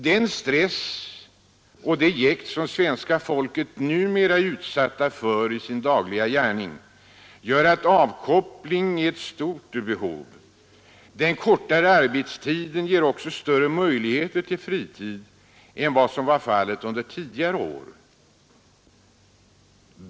Den stress och det jäkt som svenska folket numera är utsatt för i sin dagliga gärning gör att avkoppling är ett stort behov. Den kortare arbetstiden ger också större möjligheter till fritid än vad som var fallet under tidigare år.